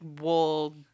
wool